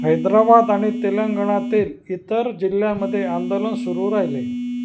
हैद्राबाद आणि तेलंगणातील इतर जिल्ह्यांमध्ये आंदोलन सुरू राहिले